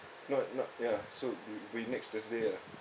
not not ya so we we next thursday ah